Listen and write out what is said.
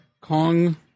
Kong